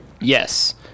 Yes